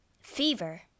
Fever